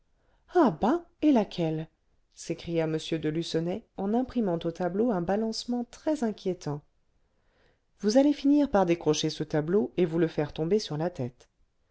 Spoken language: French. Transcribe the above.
ah bah et laquelle s'écria m de lucenay en imprimant au tableau un balancement très inquiétant vous allez finir par décrocher ce tableau et vous le faire tomber sur la tête